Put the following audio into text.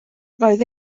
roedd